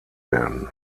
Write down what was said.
werden